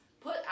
put